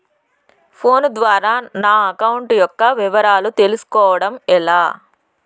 Phone ద్వారా నా account యొక్క వివరాలు తెలుస్కోవడం ఎలా?